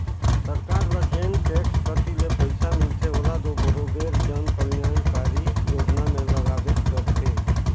सरकार ल जेन टेक्स कती ले पइसा मिलथे ओला दो बरोबेर जन कलयानकारी योजना में लगाबेच करथे